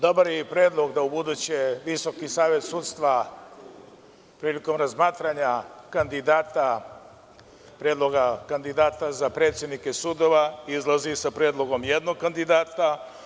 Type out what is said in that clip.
Dobar je i predlog da ubuduće Visoki savet sudstva prilikom razmatranja predloga kandidata za predsednike sudova izlazi sa predlogom jednog kandidata.